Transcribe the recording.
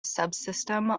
subsystem